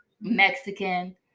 Mexican